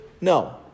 No